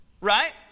Right